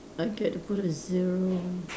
I get to put a zero